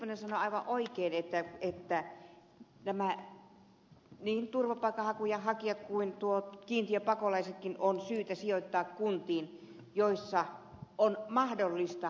lipponen sanoi aivan oikein että niin turvapaikan haku ja hakijat kuin kiintiöpakolaisetkin on syytä sijoittaa kuntiin joissa on mahdollista kotoutua